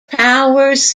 powers